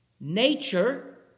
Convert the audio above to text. Nature